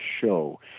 show